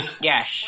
Yes